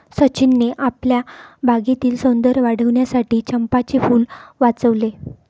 सचिनने आपल्या बागेतील सौंदर्य वाढविण्यासाठी चंपाचे फूल लावले